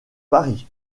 paris